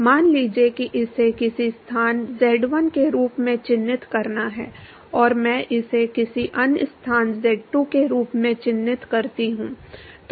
मान लीजिए कि इसे किसी स्थान z1 के रूप में चिह्नित करना है और मैं इसे किसी अन्य स्थान z2 के रूप में चिह्नित करता हूं